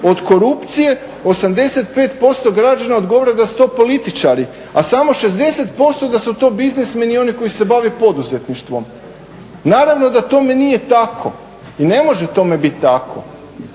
od korupcije, 85% građana odgovara da su to političari, a samo 60% da su to biznismeni i oni koji se bave poduzetništvom. Naravno da tome nije tako i ne može tome biti tako,